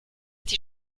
die